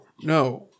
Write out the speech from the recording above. no